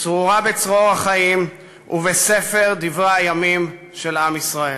צרורה בצרור החיים ובספר דברי הימים של עם ישראל.